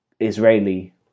Israeli